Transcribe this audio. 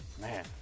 Man